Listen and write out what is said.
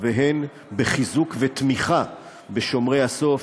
והן בחיזוק שומרי הסף,